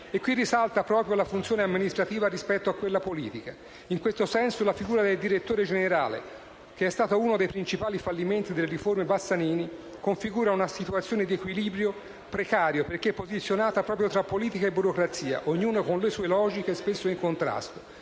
E qui risalta proprio la funzione amministrativa rispetto a quella politica. In questo senso, la figura del direttore generale, che è stata uno dei principali fallimenti delle riforme Bassanini, configura una situazione di equilibrio precario perché posizionata tra politica e burocrazia, ognuna con le sue logiche, spesso in contrasto.